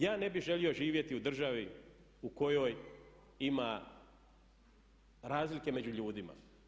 Ja ne bih želio živjeti u državi u kojoj ima razlike među ljudima.